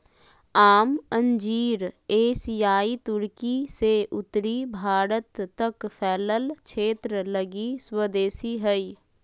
आम अंजीर एशियाई तुर्की से उत्तरी भारत तक फैलल क्षेत्र लगी स्वदेशी हइ